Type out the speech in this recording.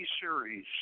series